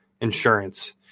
insurance